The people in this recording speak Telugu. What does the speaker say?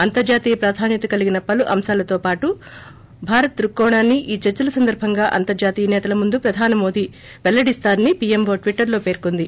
అంతర్హాతీయ ప్రాధాన్యత కలిగిన పలు అంశాలతో పాటు భారత్ దృక్కోణాన్ని ఈ చర్చల సందర్భంగా అంతర్జాతీయ నేతల ముందు ప్రధాని మోదీ పెల్లడిస్తారని పీఎంఓ ట్వీటర్ లో పేర్కొంది